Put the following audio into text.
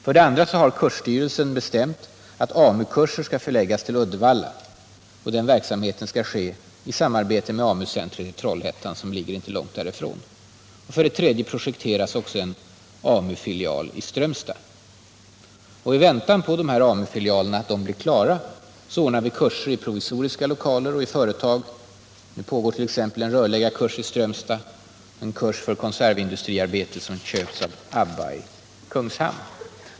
För det andra har kursstyrelsen bestämt att AMU-kurser skall läggas till Uddevalla, och den verksamheten skall ske i samarbete med AMU-centret i Trollhättan som ligger inte långt därifrån. För det tredje projekteras också en AMU-filial i Strömstad. I väntan på att de här tre AMU-filialerna blir klara ordnar vi kurser i provisoriska lokaler och i företag. Det pågår t.ex. en rörläggarkurs i Strömstad för arbete i en konservindustri som har köpts av ABBA i Kungshamn.